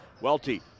Welty